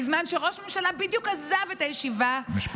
בזמן שראש הממשלה בדיוק עזב את הישיבה, משפט סיום.